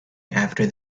after